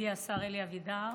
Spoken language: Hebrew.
ידידי השר אלי אבידר,